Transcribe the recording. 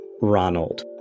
Ronald